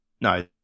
No